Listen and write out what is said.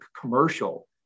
commercial